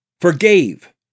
forgave